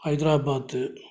Hyderabad